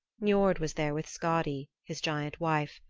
niord was there with skadi, his giant wife,